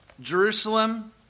Jerusalem